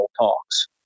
talks